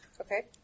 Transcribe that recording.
Okay